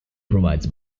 provides